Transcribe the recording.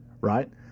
right